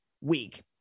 week